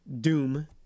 Doom